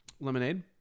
lemonade